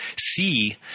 see